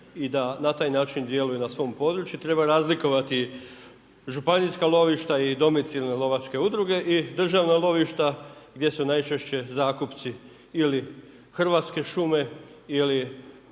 i da na taj način djeluju na svom području, treba razlikovati županijska lovišta i domicilne lovačke udruge i državna lovišta gdje su najčešće zakupci ili Hrvatske šume ili